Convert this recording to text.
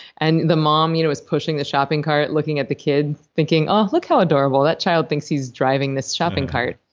and the mom you know is pushing the shopping cart, looking at the kid, thinking, oh, look how adorable. that child thinks he's driving this shopping cart.